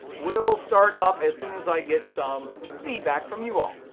will start up as soon as i get some feedback from you all.